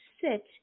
sit